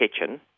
kitchen